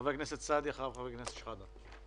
החזרה לשגרה והחזרה לעבודה קשורות זה בזה.